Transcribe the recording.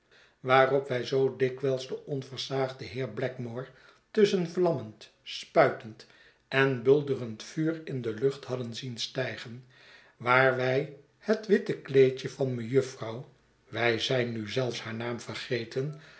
waarop wij zoo dikwijls den onversaagden heer blackmore tusschen vlammend spuitend en bulderend vuur in de lucht hadden zien stijgen waar wij het witte kleedje van mejufvrouw wij zijn nu zelfs haar naam vergeten